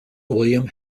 william